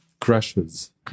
crashes